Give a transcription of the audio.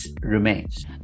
remains